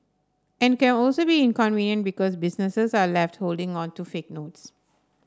and it can also be inconvenient because businesses are left holding on to fake notes